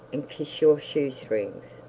and kiss your shoe-strings.